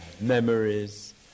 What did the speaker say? memories